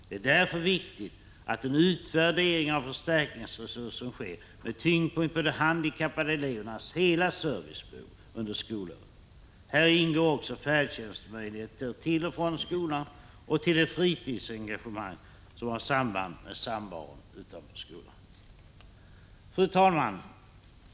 Det är därför viktigt att en utvärdering av förstärkningsresursen sker med tyngdpunkt på de handikappade elevernas hela servicebehov under skolåret. Häri ingår också möjligheter till färdtjänst till och från skolan och till de fritidsengagemang som har samband med samvaron utanför skolan. Fru talman!